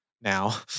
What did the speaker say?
now